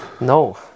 No